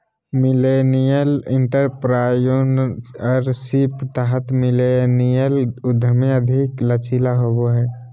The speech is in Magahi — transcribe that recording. मिलेनियल एंटरप्रेन्योरशिप के तहत मिलेनियल उधमी अधिक लचीला होबो हय